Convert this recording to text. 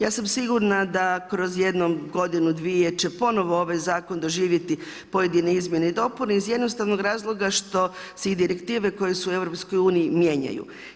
Ja sam sigurna da kroz jednu godinu, dvije, će ponovno ovaj zakon doživjeti, pojedine izmjene i dopune, iz jednostavnog razloga, što se i direktive koje su u EU, mijenjaju.